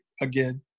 again